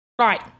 right